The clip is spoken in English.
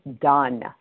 done